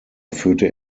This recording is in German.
führte